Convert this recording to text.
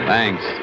Thanks